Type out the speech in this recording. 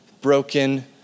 broken